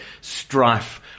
strife